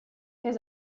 his